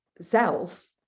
self